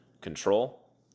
control